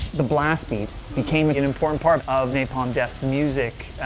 the blast beat became like an important part of napalm death's music,